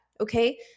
okay